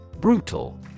Brutal